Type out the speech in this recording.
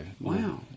Wow